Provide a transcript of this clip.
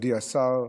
מכובדי השר,